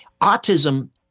autism